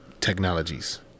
technologies